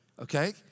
okay